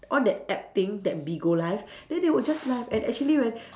on that app thing that Bigo live then they will just live and actually when